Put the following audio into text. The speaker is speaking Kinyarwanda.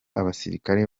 abasirikare